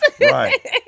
Right